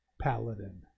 Paladin